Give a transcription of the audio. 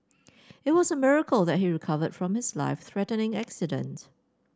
it was a miracle that he recovered from his life threatening accident